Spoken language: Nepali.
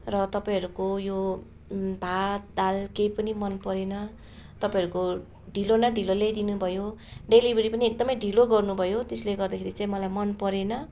र तपाईँहरूको यो भात दाल केही पनि मन परेन तपाईँहरूको ढिलो न ढिलो ल्याइदिनु भयो डेलिभरी पनि एकदमै ढिलो गर्नु भयो त्यसले गर्दाखेरि चाहिँ मलाई मन परेन